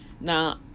now